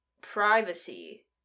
privacy